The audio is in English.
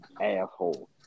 asshole